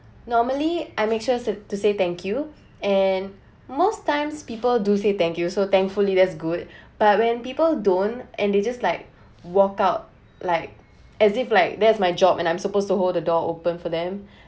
normally I make sure to to say thank you and most times people do say thank you so thankfully that's good but when people don't and they just like walk out like as if like that is my job and I'm supposed to hold the door open for them